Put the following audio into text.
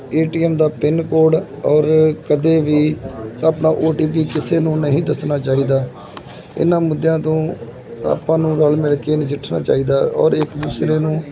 ਏ T M ਦਾ pin code ਔਰ ਕਦੇ ਵੀ ਆਪਣਾ ਓ ਟੀ ਪੀ ਕਿਸੇ ਨੂੰ ਨਹੀਂ ਦੱਸਣਾ ਚਾਹੀਦਾ ਇਹਨਾਂ ਮੁੱਦਿਆਂ ਤੋਂ ਆਪਾਂ ਨੂੰ ਰਲ ਮਿਲ ਕੇ ਨਜਿੱਠਣਾ ਚਾਹੀਦਾ ਔਰ ਇਕ ਦੂਸਰੇ ਨੂੰ